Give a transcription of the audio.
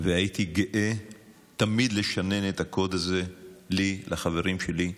והייתי גאה תמיד לשנן את הקוד הזה לי, לחברים שלי,